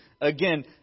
again